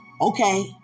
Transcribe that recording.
Okay